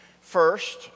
First